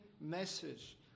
message